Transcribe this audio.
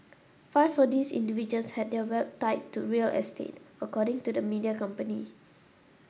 five of these individuals had their wealth tied to real estate according to the media company